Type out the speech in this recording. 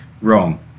wrong